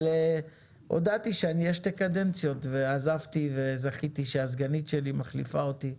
אבל הודעתי שאשאר שתי קדנציות ועזבתי וזכיתי שהסגנית שלי מחליפה אותי,